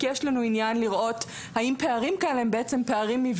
כי יש לנו עניין לראות האם פערים כאלה הם מבניים,